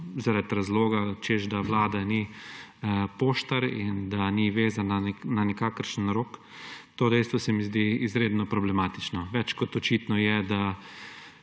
zaradi razloga, češ da Vlada ni poštar in da ni vezana na nikakršen rok. To dejstvo se mi zdi izredno problematično. Več kot očitno je, da